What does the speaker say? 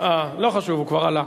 לא חשוב, הוא כבר עלה.